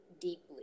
deeply